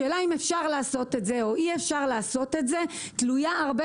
השאלה אם אפשר לעשות את זה או אי אפשר לעשות את זה תלויה הרבה